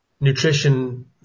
nutrition